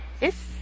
Yes